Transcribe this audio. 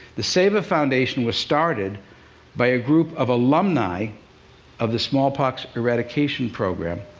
the seva foundation was started by a group of alumni of the smallpox eradication programme,